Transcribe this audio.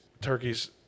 turkeys